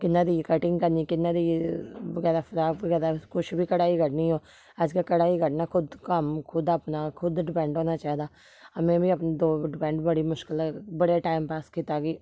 कि'यां जाइयै कटिंग करनी कि'यां जाइयै बगैरा फ्राक बगैरा कुछ बी कढाई कड्ढनी हो अजकल्ल कढाई कड्ढना खुद कम्म खुद अपना डिपैंड होना चाहिदा में बी अपनी दो डिपैंड बड़ी मुश्कलै बड़े टैम पास कीता कि